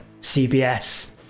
cbs